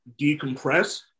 decompress